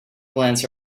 plants